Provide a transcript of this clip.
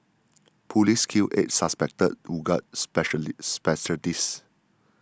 police kill eight suspected Uighur specially separatists